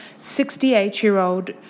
68-year-old